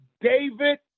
David